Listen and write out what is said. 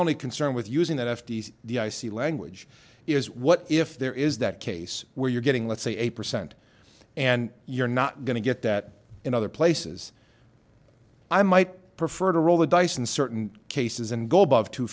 only concern with using that f t c the i c language is what if there is that case where you're getting let's say eight percent and you're not going to get that in other places i might prefer to roll the dice in certain cases and go abo